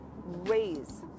raise